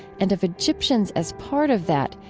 and of egyptians as part of that,